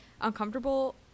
uncomfortable